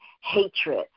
hatred